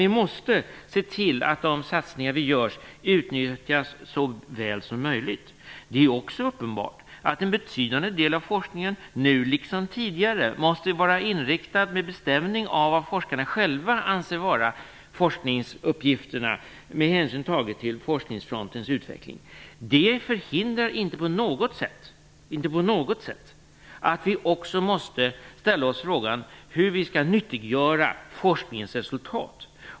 Vi måste se till att de satsningar som görs utnyttjas så väl som möjligt. Det är också uppenbart att en betydande del av forskningen, nu liksom tidigare, måste vara inriktad med bestämning av forskarna själv anser vara forskningsuppgifterna, med hänsyn tagen till forskningsfrontens utveckling. Det förhindrar inte på något sätt att vi också måste ställa oss frågan hur vi skall nyttiggöra forskningsresultat.